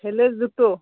ছেলের দুটো